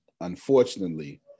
Unfortunately